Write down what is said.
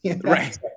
Right